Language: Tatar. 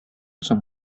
соң